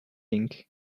ink